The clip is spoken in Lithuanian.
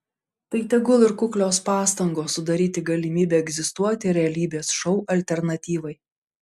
tai tegul ir kuklios pastangos sudaryti galimybę egzistuoti realybės šou alternatyvai